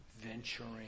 venturing